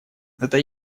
это